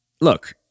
look